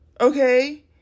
okay